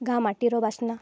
ଗାଁ ମାଟିର ବାସ୍ନା